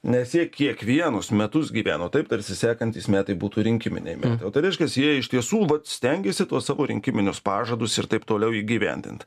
nes jie kiekvienus metus gyveno taip tarsi sekantys metai būtų rinkiminiai metai o tai reiškias jie iš tiesų vat stengiasi tuos savo rinkiminius pažadus ir taip toliau įgyvendint